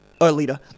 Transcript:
Alita